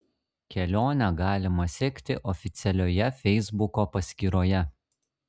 kelionę galima sekti oficialioje feisbuko paskyroje